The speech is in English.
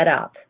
up